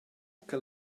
che